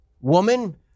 woman